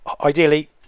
Ideally